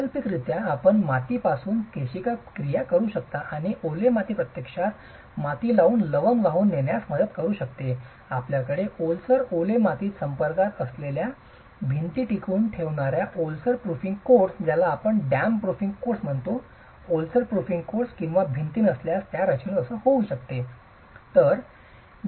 वैकल्पिकरित्या आपण मातीपासून केशिका क्रिया करू शकता आणि ओले माती प्रत्यक्षात मातीमधून लवण वाहून नेण्यास मदत करू शकते आपल्याकडे ओलसर ओले मातीत संपर्कात असलेल्या भिंती टिकवून ठेवणार्या ओलसर प्रूफिंग कोर्स किंवा भिंती नसल्यास त्या रचनेत